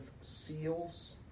seals